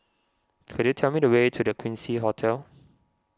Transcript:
could you tell me the way to the Quincy Hotel